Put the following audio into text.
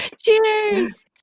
Cheers